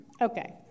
Okay